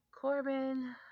Corbin